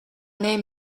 name